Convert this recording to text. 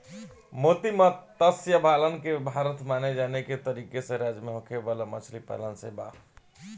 मोती मतस्य पालन के माने भारत के तटीय राज्य में होखे वाला मछली पालन से बा